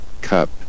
cup